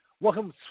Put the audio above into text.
Welcome